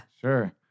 sure